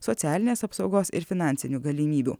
socialinės apsaugos ir finansinių galimybių